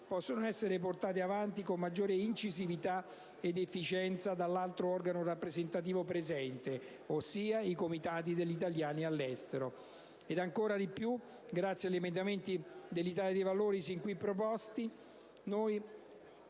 possono essere portate avanti con maggiore incisività ed efficienza dall'altro organo rappresentativo presente, ossia i Comitati degli italiani all'estero,